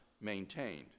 maintained